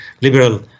liberal